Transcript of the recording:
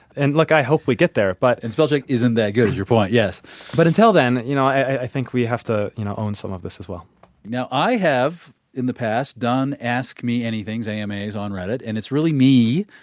and like i hope we get there, but and spellcheck isn't that good is your point, yes but until then, you know i think we have to you know own some of this as well now i have, in the past, done ask me anythings, ama's, on reddit and it's really me,